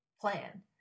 plan